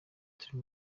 turi